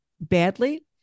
badly